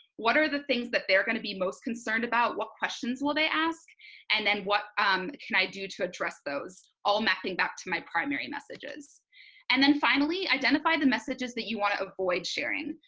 what are the things that they're going to be most concerned about what questions will they ask and then what can i do to address address those all mapping back to my primary messages and then finally identified the messages that you want to avoid sharing.